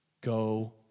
Go